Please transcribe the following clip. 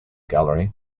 gallery